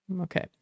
okay